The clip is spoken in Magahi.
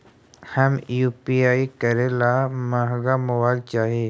हम यु.पी.आई करे ला महंगा मोबाईल चाही?